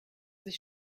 sich